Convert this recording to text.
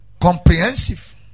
comprehensive